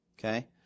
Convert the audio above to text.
okay